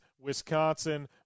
Wisconsin